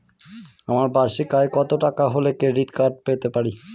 আমার বার্ষিক আয় কত টাকা হলে ক্রেডিট কার্ড পেতে পারি?